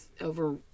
over